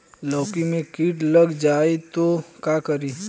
लौकी मे किट लग जाए तो का करी?